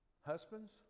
Husbands